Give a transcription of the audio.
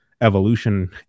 evolution